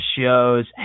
shows